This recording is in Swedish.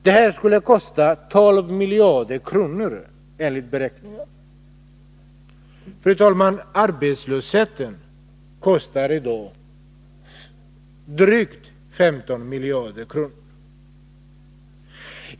Det här skulle kosta 12 miljarder kronor, enligt beräkningarna. Fru talman! Arbetslösheten kostar i dag drygt 15 miljarder kronor.